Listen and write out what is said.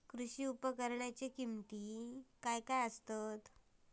कृषी उपकरणाची किमती काय आसत?